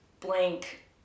blank